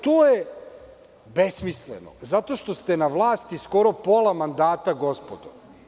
To je besmisleno zato što ste na vlasti pola mandata, gospodo.